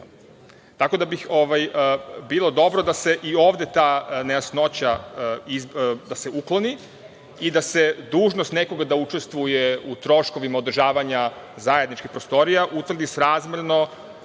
da bi bilo dobro da se i ovde ta nejasnoća ukloni i da se dužnost nekoga da učestvuje u troškovima održavanja zajedničkih prostorija, utvrdi srazmerno